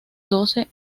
doce